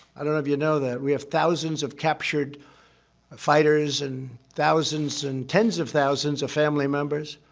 i don't know if you know that. we have thousands of captured fighters, and thousands and tens of thousands of family members.